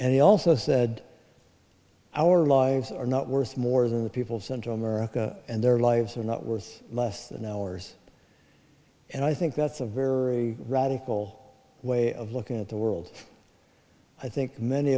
and he also said our lives are not worth more than the people sent to america and their lives are not worth less than ours and i think that's a very radical way of looking at the world i think many